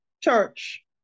church